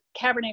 Cabernet